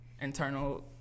internal